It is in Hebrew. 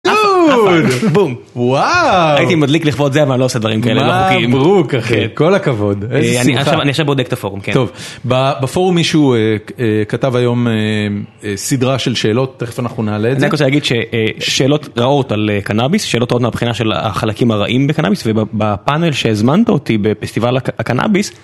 Dude! בום! וואו! הייתי מדליק לכבוד זה, אבל אני לא עושה דברים כאלה לא חוקיים. מברוק אחי. כל הכבוד. איזו שמחה. אני עכשיו בודק את הפורום. טוב, בפורום מישהו כתב היום סדרה של שאלות, תכף אנחנו נעלה את זה. אני רק רוצה להגיד ששאלות רעות על קנאביס, שאלות רעות מהבחינה של החלקים הרעים בקנאביס, ובפאנל שהזמנת אותי בפסטיבל הקנאביס,